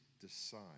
decide